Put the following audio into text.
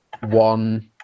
one